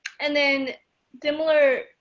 and then daimler